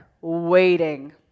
waiting